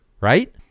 right